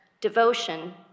devotion